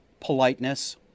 politeness